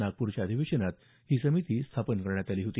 नागपूरच्या अधिवेशनात ही समिती स्थापन करण्यात आली होती